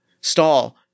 stall